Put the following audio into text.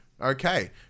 Okay